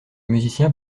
musicien